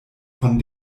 von